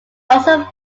also